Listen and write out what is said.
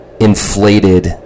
inflated